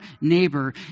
neighbor